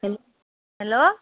hello hello